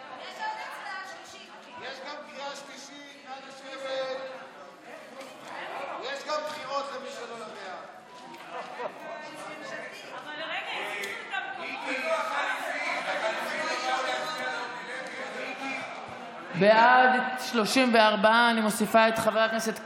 34. אני מוסיפה את חבר הכנסת קיש,